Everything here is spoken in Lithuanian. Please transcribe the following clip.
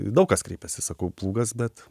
daug kas kreipiasi sakau plūgas bet